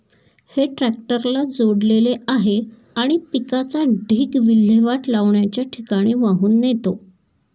हे ट्रॅक्टरला जोडलेले आहे आणि पिकाचा ढीग विल्हेवाट लावण्याच्या ठिकाणी वाहून नेतो